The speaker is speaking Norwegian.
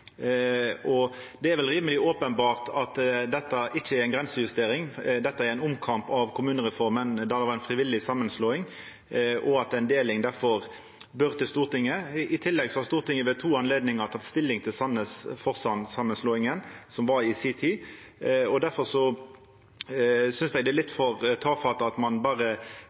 Det er vel rimeleg openbert at dette ikkje er ei grensejustering. Dette er ein omkamp om kommunereforma, der det var ei frivillig samanslåing. Dette er ei deling og bør difor koma til Stortinget. I tillegg har Stortinget ved to anledningar teke stilling til Sandnes/Forsand-samanslåinga i si tid. Difor synest eg det er litt for tafatt at ein berre